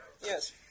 Yes